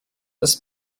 this